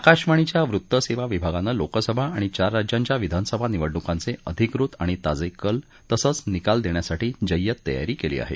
आकाशवाणीच्या वृत्त सेवा विभागानं लोकसभा आणि चार राज्यांच्या विधानसभा निवडणूकांचे अधिकृत आणि ताजे कल तसंच निकाल देण्यासाठी जय्यत तयारी केली आहे